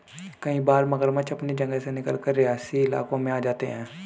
कई बार मगरमच्छ अपनी जगह से निकलकर रिहायशी इलाकों में आ जाते हैं